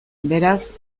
beraz